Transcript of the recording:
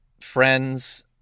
friends